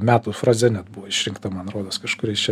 metų fraze net buvo išrinkta man rodos kažkuriais čia